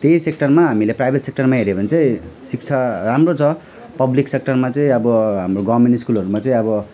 त्यही सेक्टरमा हामीले प्राइभेट सेक्टरमा हेऱ्यो भने चाहिँ शिक्षा राम्रो छ पब्लिक सेक्टरमा चाहिँ अब हाम्रो गभर्मेन्ट स्कुलहरूमा चाहिँ अब